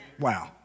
Wow